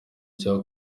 cya